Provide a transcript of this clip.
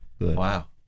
Wow